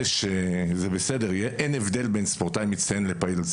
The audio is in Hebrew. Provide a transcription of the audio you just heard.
שזה בסדר ואין הבדל בין ספורטאי מצטיין לפעיל.